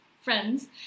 friends